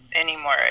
anymore